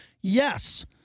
Yes